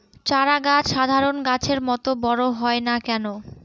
চারা গাছ সাধারণ গাছের মত বড় হয় না কেনো?